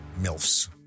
Milfs